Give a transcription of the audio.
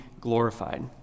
glorified